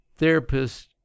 therapists